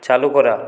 চালু করা